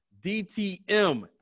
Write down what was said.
DTM